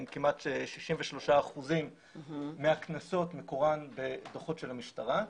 עם כמעט 63% מהקנסות שמקורם בדוחות של המשטרה,